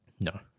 No